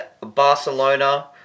Barcelona